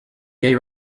gay